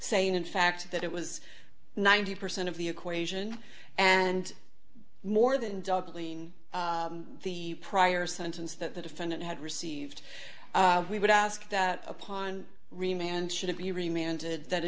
saying in fact that it was ninety percent of the equation and more than doubling the prior sentence that the defendant had received we would ask that upon remain and should be reminded that a